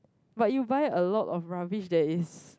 but you buy a lot of rubbish that is